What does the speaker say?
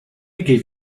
gave